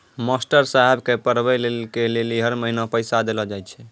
master साहेब के पढ़बै के लेली हर महीना पैसा देलो जाय छै